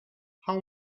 how